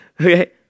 Okay